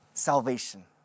salvation